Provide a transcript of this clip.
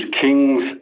King's